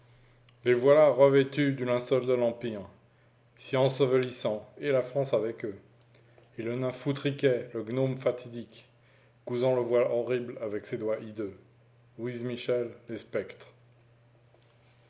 les voilà revêtus du linceul de l'empire s'y ensevelissant et la france avec eux et le nain foutriquet le gnome fatidique cousant le voile horrible avec ses doigts hideux l